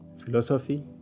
Philosophy